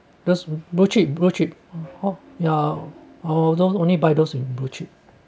those blue chip blue chip oh ya oh although only by those with blue chip